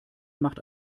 macht